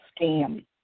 Scam